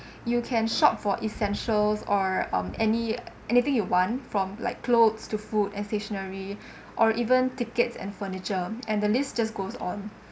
you can shop for essentials or um any anything you want from like clothes to food and stationery or even tickets and furniture and the list just goes on